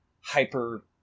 hyper